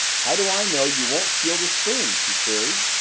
how do i know you won't steal the spoons? she queried,